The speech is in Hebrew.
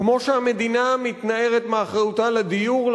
כמו שהמדינה מתנערת מאחריותה לדיור,